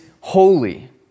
holy